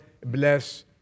bless